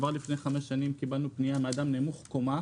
כבר לפני חמש שנים קיבלנו פנייה מאדם נמוך קומה,